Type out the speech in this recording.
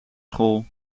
school